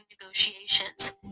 negotiations